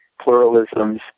pluralisms